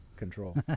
control